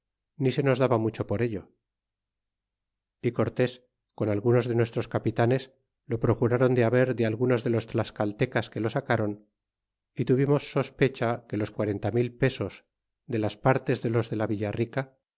ni se nos daba mucho por ello y cortés con algunos de nuestros capitanes lo procurron de haber de algunos de los tlascaltecas que lo sacron y tuvimos sospecha que los qua renta mil pesos de las partes de los de la villa